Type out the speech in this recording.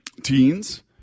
Teens